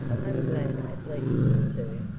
i am glad at least sir,